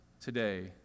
today